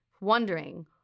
wondering